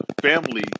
family